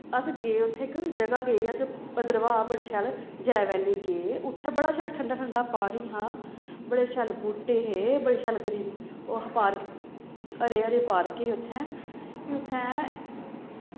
अस गे उत्थें इक जगह् गे अस भद्रवाह् बड़ी शैल जै बैल्ली गे उत्थें बड़ा शैल ठंडा ठंडा पानी हा बड़े शैल बूह्टे हे बड़ी शैल ग्रीनरी ओह् हा पार्क हरे हरे पार्क हे उत्थैं फ्ही उत्थैं